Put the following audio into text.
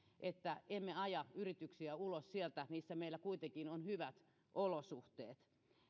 että emme aja yrityksiä ulos sieltä missä meillä kuitenkin on hyvät olosuhteet